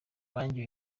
banjye